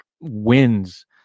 wins